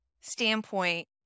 standpoint